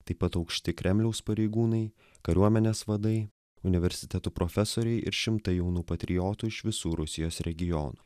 taip pat aukšti kremliaus pareigūnai kariuomenės vadai universitetų profesoriai ir šimtai jaunų patriotų iš visų rusijos regionų